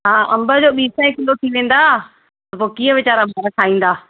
हा अम्ब जो ॿी सौ किलो थी वेंदा त पोइ कीअं वीचारा अम्ब खाईंदा